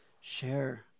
share